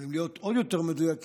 ואם להיות עוד יותר מדויקים,